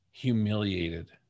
humiliated